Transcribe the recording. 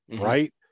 right